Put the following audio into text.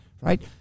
right